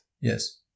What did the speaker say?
Yes